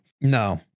No